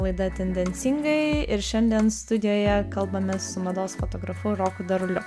laida tendencingai ir šiandien studijoje kalbamės su mados fotografu roku daruliu